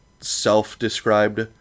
self-described